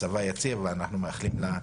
מצבה יציב ואנחנו מאחלים לה החלמה,